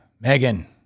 Megan